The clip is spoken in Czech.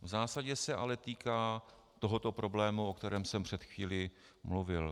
V zásadě se ale týká tohoto problému, o kterém jsem před chvílí mluvil.